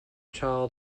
child